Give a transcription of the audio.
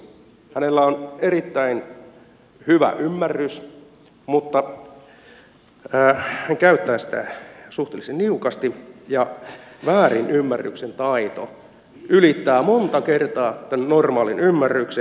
hänellä on erittäin hyvä ymmärrys mutta hän käyttää sitä suhteellisen niukasti ja väärinymmärryksen taito ylittää monta kertaa normaalin ymmärryksen